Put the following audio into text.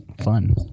fun